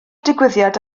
digwyddiad